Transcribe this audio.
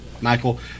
Michael